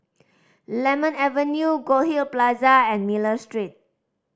Lemon Avenue Goldhill Plaza and Miller Street